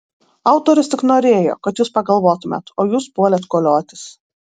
autorius tik norėjo kad jūs pagalvotumėt o jūs puolėt koliotis